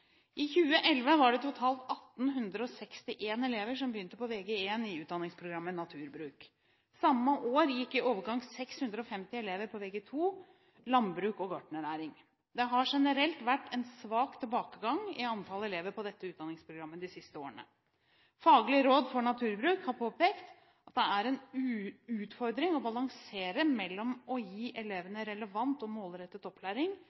I 2011 var det totalt 1 861 elever som begynte på Vg1 i utdanningsprogrammet Naturbruk. Samme år gikk i overkant av 650 elever på Vg2 landbruk og gartnernæring. Det har generelt vært en svak tilbakegang i antall elever på dette utdanningsprogrammet de siste årene. Faglig råd for naturbruk har påpekt at det er en utfordring å balansere mellom å gi elevene relevant og målrettet opplæring,